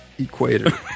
equator